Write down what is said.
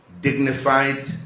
dignified